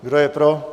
Kdo je pro?